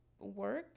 work